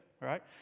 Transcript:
right